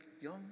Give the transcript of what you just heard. young